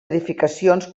edificacions